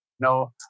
No